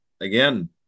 again